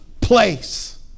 place